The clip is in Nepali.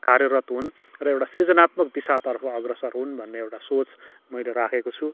कार्यरत हुन् र एउटा सृजनात्मक दिशातर्फ अग्रसर हुन् भन्ने सोच मैले राखेको छु